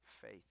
faith